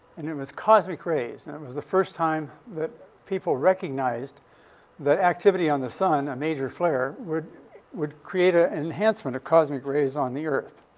and it was cosmic rays. and it was the first time that people recognized that activity on the sun, a major flare, would would create an ah enhancement of cosmic rays on the earth.